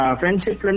friendship